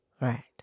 Right